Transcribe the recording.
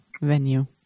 venue